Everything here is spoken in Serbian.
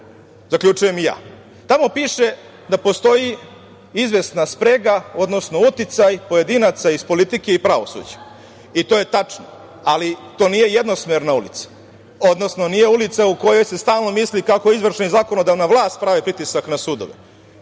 zaključujem i ja. Tamo piše da postoji izvesna sprega, odnosno uticaj pojedinaca iz politike i pravosuđa i to je tačno, ali to nije jednosmerna ulica, odnosno nije ulica u kojoj se stalno misli kako izvršna i zakonodavna vlast prave pritisak na sudove.